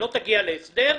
לא תגיע להסדר,